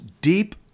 deep